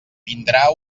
vindrà